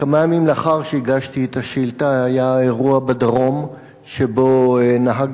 כמה ימים לפני שהגשתי את השאילתא היה אירוע בדרום שבו נהג